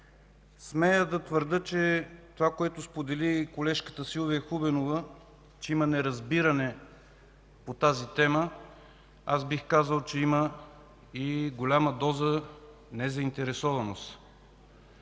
Смея да твърдя, че това, което сподели колежката Силвия Хубенова, че има неразбиране по тази тема, бих казал, че има и голяма доза незаинтересованост.